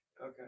Okay